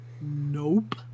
nope